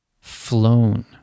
Flown